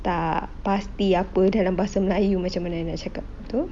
tak pasti apa dalam bahasa melayu macam mana nak cakap tu